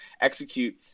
execute